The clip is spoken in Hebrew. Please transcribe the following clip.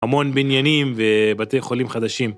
המון בניינים, ובתי חולים חדשים.